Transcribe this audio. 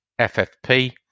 FFP